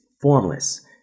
formless